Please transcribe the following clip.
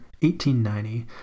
1890